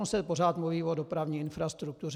Ono se pořád mluví o dopravní infrastruktuře.